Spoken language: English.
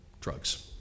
drugs